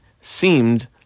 seemed